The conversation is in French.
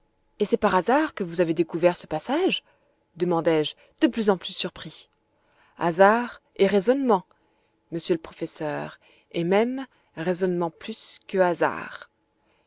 et c'est par hasard que vous avez découvert ce passage demandai-je de plus en plus surpris hasard et raisonnement monsieur le professeur et même raisonnement plus que hasard